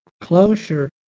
closure